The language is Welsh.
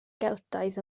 geltaidd